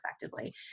effectively